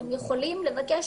אתם יכולים לבקש